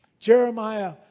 Jeremiah